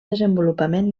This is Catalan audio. desenvolupament